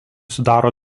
sudaro